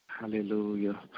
Hallelujah